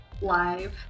live